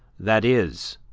that is,